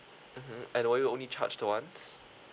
mmhmm and were you only charged once